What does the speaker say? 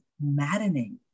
maddening